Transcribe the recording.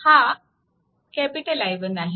हा I1 आहे